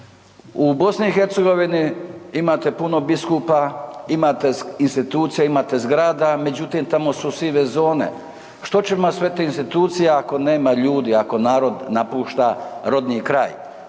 U BiH imate puno biskupa, imate institucija, imate zgrada, međutim tamo su sive zone. Što će vam sve te institucije ako nema ljudi, ako narod napušta rodni kraj.